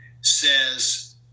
says